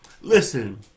Listen